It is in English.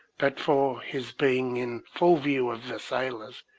but for his being in full view of the sailors,